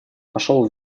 пошел